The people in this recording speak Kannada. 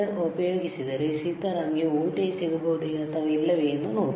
ಉಪಯೋಗಿಸಿದರೆ ಸೀತಾರಾಮ್ಗೆ ವೋಲ್ಟೇಜ್ ಸಿಗಬಹುದೇ ಅಥವಾ ಇಲ್ಲವೇ ಎಂದು ನೋಡೋಣ